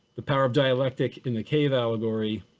the power of dialectic in the cave allegory